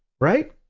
Right